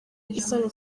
isaro